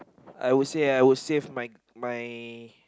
I would say I would save my my